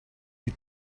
you